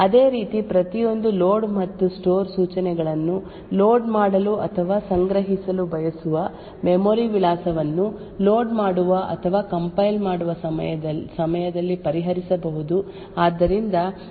ಅದೇ ರೀತಿ ಪ್ರತಿಯೊಂದು ಲೋಡ್ ಮತ್ತು ಸ್ಟೋರ್ ಸೂಚನೆಗಳನ್ನು ಲೋಡ್ ಮಾಡಲು ಅಥವಾ ಸಂಗ್ರಹಿಸಲು ಬಯಸುವ ಮೆಮೊರಿ ವಿಳಾಸವನ್ನು ಲೋಡ್ ಮಾಡುವ ಅಥವಾ ಕಂಪೈಲ್ ಮಾಡುವ ಸಮಯದಲ್ಲಿ ಪರಿಹರಿಸಬಹುದು ಆದ್ದರಿಂದ ಇವುಗಳನ್ನು ಸುರಕ್ಷಿತ ಸೂಚನೆಗಳು ಎಂದೂ ಕರೆಯಲಾಗುತ್ತದೆ